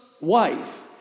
wife